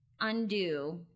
undo